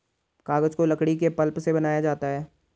कागज को लकड़ी के पल्प से बनाया जाता है